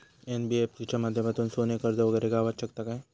NBFC च्या माध्यमातून सोने कर्ज वगैरे गावात शकता काय?